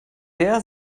der